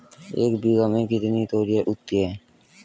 एक बीघा में कितनी तोरियां उगती हैं?